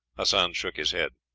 hassan shook his head.